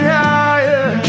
higher